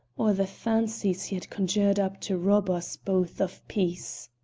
or the fancies he had conjured up to rob us both of peace?